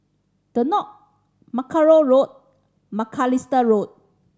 the Knoll Mackerrow Road Macalister Road